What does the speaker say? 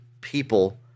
people